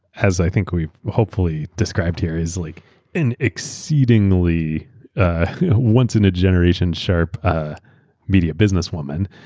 as i think we've hopefully described here, is like an exceedingly once-in-a-generation sharp ah media businesswoman.